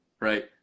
right